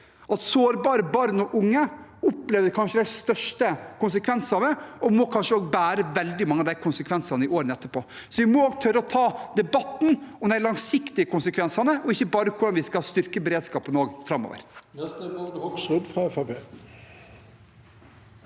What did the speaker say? at sårbare barn og unge opplever de største konsekvensene. De må kanskje bære veldig mye av konsekvensene i årene framover. Vi må tørre å ta debatten om de langsiktige konsekvensene, ikke bare hvordan vi skal styrke beredskapen framover.